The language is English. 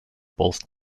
both